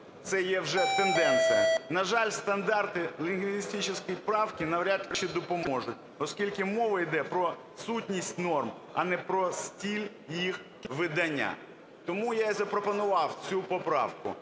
це є вже тенденція. На жаль, стандарти лінгвістичної правки навряд чи допоможуть, оскільки мова йде про сутність норм, а не про стиль їх видання. Тому я і запропонував цю поправку.